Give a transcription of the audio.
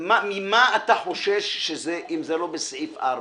ממה אתה חושש, אם זה לא בסעיף 4?